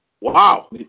Wow